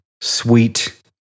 sweet